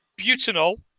butanol